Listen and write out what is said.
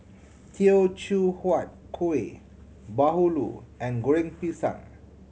Teochew Huat Kuih bahulu and Goreng Pisang